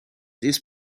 this